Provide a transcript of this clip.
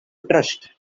thrust